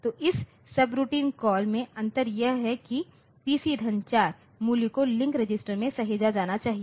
तो इस subroutine call में अंतर यह है कि PC 4 मूल्य को लिंक रजिस्टर में सहेजा जाना चाहिए